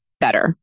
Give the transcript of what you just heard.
better